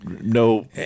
no